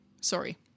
sorry